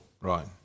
right